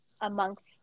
amongst